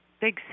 big